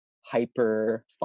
hyper